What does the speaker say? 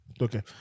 Okay